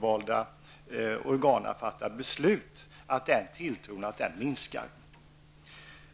valda organ att fatta beslut minskar.